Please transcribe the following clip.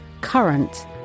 current